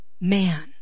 man